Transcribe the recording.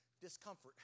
discomfort